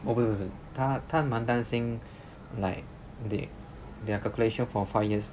oh 不是不是他他蛮担心 like they their calculation for five years